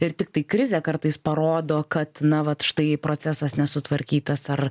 ir tiktai krizė kartais parodo kad na vat štai procesas nesutvarkytas ar